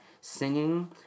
singing